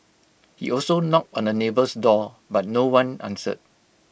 he also knocked on the neighbour's door but no one answered